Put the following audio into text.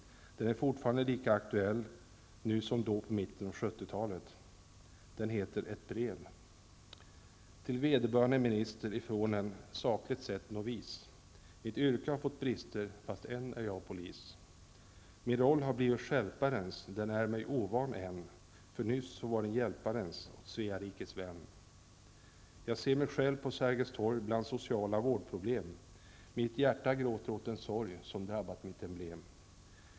Den är lika aktuell nu som den var då i mitten på 1970-talet. Den heter Till vederbörande minister ifrån en sakligt sett novis. Mitt yrke har fått brister, fast än är jag polis. Min roll har blivit stjälparens. Den är mig ovan än, för nyss så var den hjälparens, Jag ser mig själv på Sergels torg bland sociala vårdproblem. Mitt hjärta gråter åt den sorg som drabbat mitt emblem.